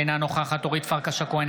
אינה נוכחת אורית פרקש הכהן,